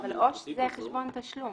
הזו --- אבל עו"ש זה חשבון תשלום.